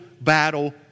battle